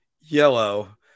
yellow